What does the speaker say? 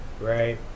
right